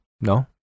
No